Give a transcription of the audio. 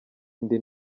indi